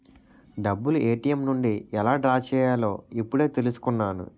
డబ్బులు ఏ.టి.ఎం నుండి ఎలా డ్రా చెయ్యాలో ఇప్పుడే తెలుసుకున్నాను